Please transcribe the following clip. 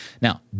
Now